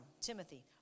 Timothy